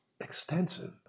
extensive